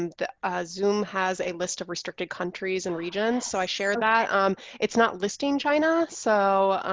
um the ah zoom has a list of restricted countries and regions. so i share that it's not listing china so